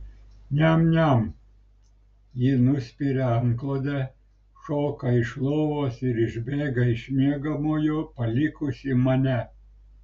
niam niam ji nuspiria antklodę šoka iš lovos ir išbėga iš miegamojo palikusi mane